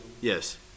Yes